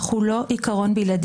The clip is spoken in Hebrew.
אך הוא לא עקרון בלעדי,